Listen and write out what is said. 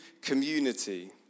community